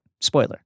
Spoiler